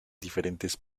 diferentes